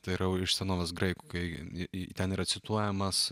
tai yra iš senovės graikų kai ten yra cituojamas